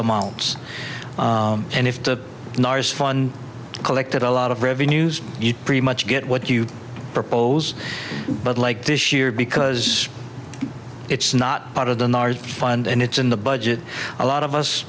amounts and if the nars fund collected a lot of revenues you pretty much get what you propose but like this year because it's not part of the fund and it's in the budget a lot of us